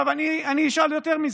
מה הקשר?